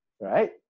right